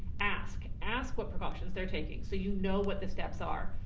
ask, ask what precautions they're taking. so you know what the steps are,